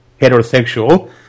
heterosexual